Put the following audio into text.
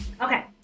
Okay